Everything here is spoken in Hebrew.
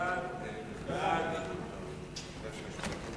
חוק לתיקון פקודת מסי